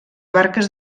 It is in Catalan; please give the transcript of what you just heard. barques